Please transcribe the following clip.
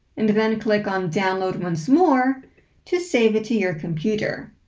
and then click on download once more to save it to your computer.